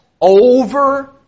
over